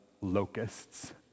locusts